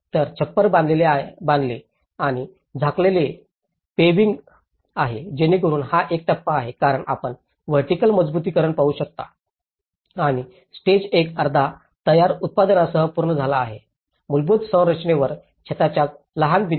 तर छप्पर बांधलेले आणि झाकलेले पेविंग आहे जेणेकरून हा एक टप्पा आहे कारण आपण व्हर्टिकल मजबुतीकरण पाहू शकता आणि स्टेज एक अर्ध्या तयार उत्पादनासह पूर्ण झाला आहे मूलभूत संरचनेवर छताच्या लहान भिंती